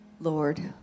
Lord